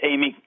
Amy